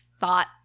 thought